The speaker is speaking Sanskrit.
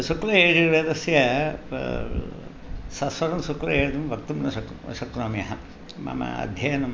शुक्लयजुर्वेदस्य सस्वरं सुक्लयजु वक्तुं न शक् शक्नोम्यहं मम अध्ययनम्